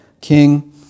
king